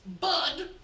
Bud